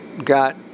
Got